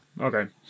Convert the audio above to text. Okay